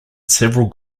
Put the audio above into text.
several